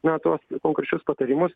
na tuos konkrečius patarimus